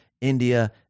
India